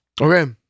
Okay